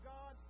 God